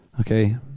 Okay